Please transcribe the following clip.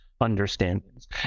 understandings